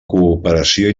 cooperació